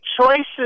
choices